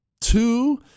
two